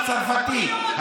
היינו בבית החולים הצרפתי,